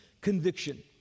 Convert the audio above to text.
conviction